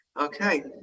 okay